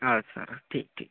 हा सर ठीक ठीक